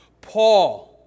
Paul